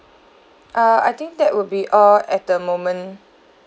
err I think that would be all at the moment